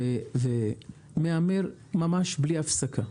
ומהמר ממש בלי הפסקה.